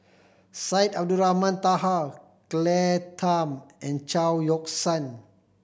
Syed Abdulrahman Taha Claire Tham and Chao Yoke San